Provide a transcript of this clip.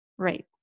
Right